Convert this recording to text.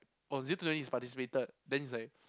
oh zero to twenty is participated then is like